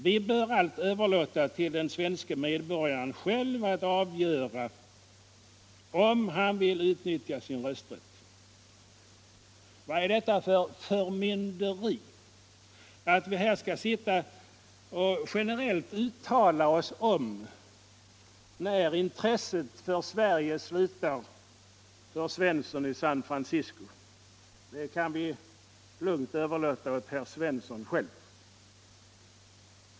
Vi bör allt överlåta till den svenske medborgaren själv att avgöra om han vill utnyttja sin rösträtt. Vad är detta för förmynderi, att vi här skall sitta och generellt uttala oss om när intresset för Sverige slutar hos Svensson i San Francisco? Det kan vi lugnt överlåta åt herr Svensson själv.